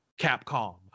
Capcom